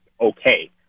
okay